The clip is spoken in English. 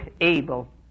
able